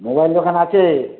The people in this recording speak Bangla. মোবাইল দোকান আছে